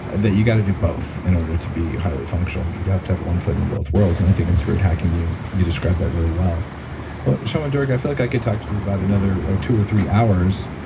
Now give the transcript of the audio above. that you've got to do both in order to be highly functional. you have to have one foot in both worlds, and i think in spirit hacking you you describe that really well well shaman durek, i feel like i could talk to you for about another ah two or three hours.